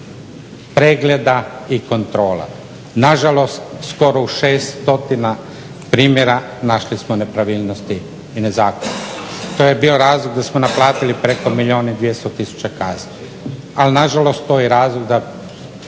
pregleda i kontrola. Na žalost skoro u 6 stotina primjera našli smo nepravilnosti i nezakonitosti. To je bio razlog da smo naplatili preko milijun i 200000 kazni, ali na žalost to je i razlog da